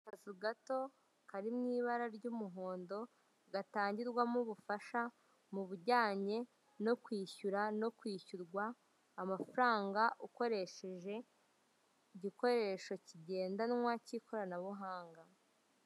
Akazu gato karimo ibara ry'umuhondo gatangirwamo ubufasha mu bijyanye no kwishyura no kwishyurwa amafaranga ukoresheje igikoresho kigendanwa cy'ikoranabuhanga.